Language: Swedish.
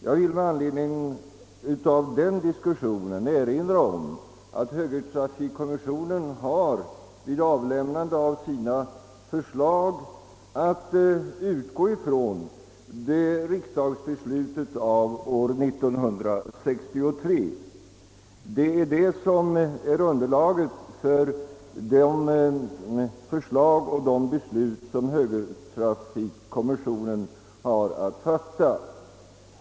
Jag vill med anledning av den diskussionen erinra om att högertrafikkommissionen vid avlämnandet av sina förslag har att utgå ifrån riksdagsbeslutet av år 1963. Detta utgör underlaget för de förslag som högertrafikkommissionen skall framställa och de beslut den har att fatta.